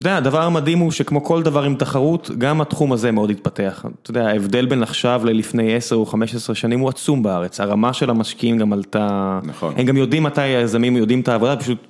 אתה יודע, הדבר המדהים הוא שכמו כל דבר עם תחרות, גם התחום הזה מאוד התפתח. אתה יודע, ההבדל בין עכשיו ללפני עשר או חמש עשרה שנים הוא עצום בארץ. הרמה של המשקיעים גם עלתה... נכון. הם גם יודעים מתי היזמים יודעים את העבודה, פשוט...